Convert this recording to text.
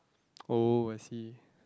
oh I see